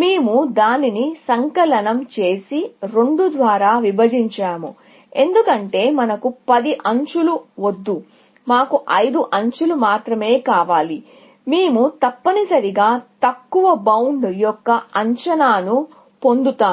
మేము దానిని సంకలనం చేసి 2 ద్వారా విభజించాము ఎందుకంటే మనకు 10 ఎడ్జ్ లు వద్దు మాకు 5 ఎడ్జ్ లు మాత్రమే కావాలి మేము తప్పనిసరిగా తక్కువ బౌండ్ యొక్క అంచనాను పొందుతాము